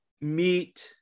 meet